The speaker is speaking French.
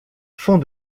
fond